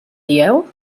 dieu